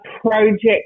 project